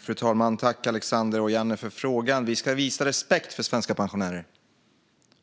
Fru talman! Jag tackar Alexander Ojanne för frågan. Vi ska visa respekt för svenska pensionärer.